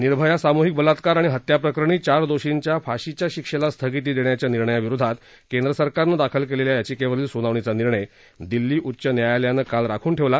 निर्भया सामूहिक बलात्कार आणि हत्या प्रकरणी चार दोषींच्या फाशीच्या शिक्षेला स्थगिती देण्याच्या निर्णयाविरोधात केंद्र सरकारनं दाखल केलेल्या याचिकेवरील सुनावणीचा निर्णय दिल्ली उच्च न्यायालयानं काल राखून ठेवला